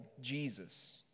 Jesus